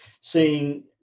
seeing